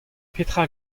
petra